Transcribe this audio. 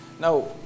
Now